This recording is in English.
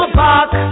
back